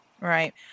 Right